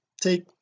take